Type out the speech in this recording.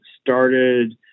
started